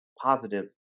positive